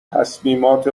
تصمیمات